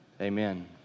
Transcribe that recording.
Amen